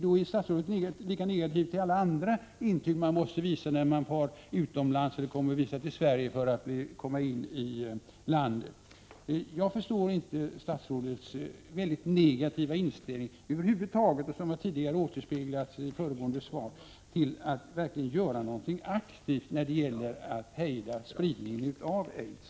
Är statsrådet lika negativt inställd till alla andra intyg som måste visas upp av svenskar när de reser utomlands eller av främlingar när de kommer till Sverige? Jag förstår inte statsrådets mycket negativa inställning, som avspeglade sig även i de svar som hon tidigare i dag har lämnat, till att verkligen göra någonting aktivt när det gäller att hejda spridningen av aids.